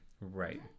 right